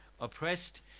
oppressed